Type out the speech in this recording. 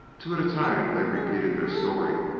two at a time they repeated their story,